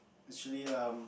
actually um